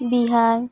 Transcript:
Bihar